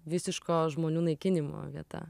visiško žmonių naikinimo vieta